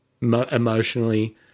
emotionally